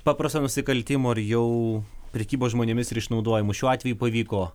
paprasto nusikaltimo ir jau prekybos žmonėmis ir išnaudojimu šiuo atveju pavyko